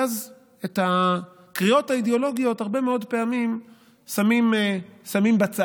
ואז את הקריאות האידיאולוגיות הרבה מאוד פעמים שמים בצד,